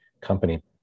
company